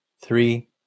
three